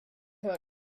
cook